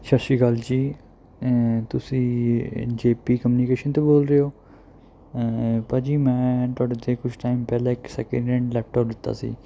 ਸਤਿ ਸ਼੍ਰੀ ਅਕਾਲ ਜੀ ਤੁਸੀਂ ਜੇ ਪੀ ਕਮਿਊਨੀਕੇਸ਼ਨ ਤੋਂ ਬੋਲ ਰਹੇ ਹੋ ਭਾਅ ਜੀ ਮੈਂ ਤੁਹਾਡੇ ਤੋਂ ਕੁਝ ਟਾਈਮ ਪਹਿਲਾਂ ਇੱਕ ਸੈਕਿੰਡ ਹੈਂਡ ਲੈਪਟਾਪ ਲਿੱਤਾ ਸੀ